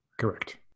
Correct